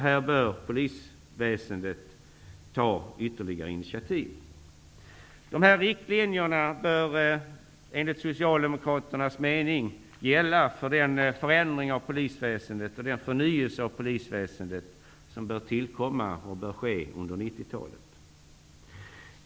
Här bör polisväsendet ta ytterligare initiativ. De här riktlinjerna bör enligt Socialdemokraternas mening gälla för den förändring och förnyelse av polisväsendet som bör tillkomma. Det bör ske under 90-talet.